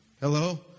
Hello